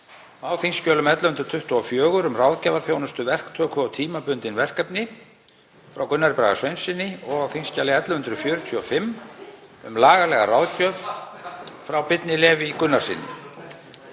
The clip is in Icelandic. á þingskjali 1124, um ráðgjafaþjónustu, verktöku og tímabundin verkefni, frá Gunnari Braga Sveinssyni, og á þingskjali 1145, um lagalega ráðgjöf; frá Birni Leví Gunnarssyni;